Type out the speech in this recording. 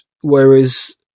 whereas